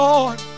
Lord